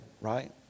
right